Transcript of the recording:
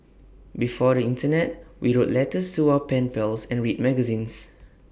before the Internet we wrote letters to our pen pals and read magazines